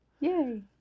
Yay